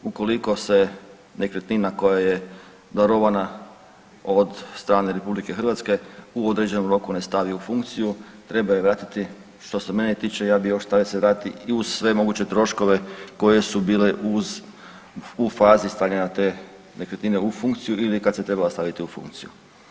Ukoliko se nekretnina koja je darovana od strane RH u određenom roku ne stavi u funkciju treba ju vratiti što se mene tiče ja bih još da … iz sve moguće troškove koji su bili u fazi stvaranja te nekretnine u funkciju ili kad se trebala staviti u funkciju.